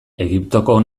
egiptoko